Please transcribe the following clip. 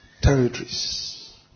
territories